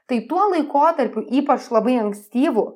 tai tuo laikotarpiu ypač labai ankstyvu